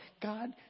God